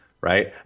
right